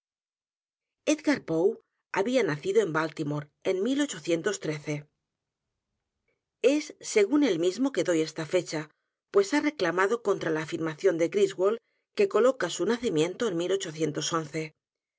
g a r poe había nacido en baltimore en es edgar poe según él mismo que doy esta fecha pues ha reclamado contra la afirmación de griswold que coloca su nacimiento en